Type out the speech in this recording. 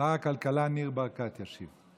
שר הכלכלה ניר ברקת ישיב?